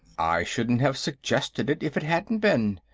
i shouldn't have suggested it if it hadn't been.